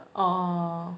哦